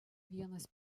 vienas